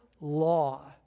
law